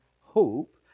hope